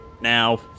now